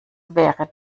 wäre